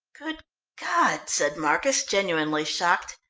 good god! said marcus, genuinely shocked.